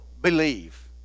believe